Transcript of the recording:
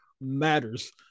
matters